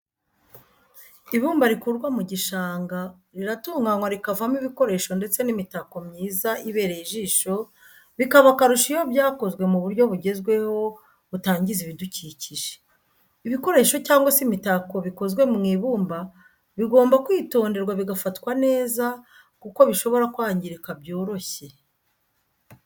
Ibumba rikurwa mu gishanga riratunganywa rikavamo ibikoresho ndetse n'imitako myiza ibereye ijisho bikaba akarusho iyo byakozwe mu buryo bugezweho butangiza ibidukikije. ibikoresho cyangwa se imitako bikozwe mu ibumba bigomba kwitonderwa bigafatwa neza kuko bishobora kwangirika byoroshye.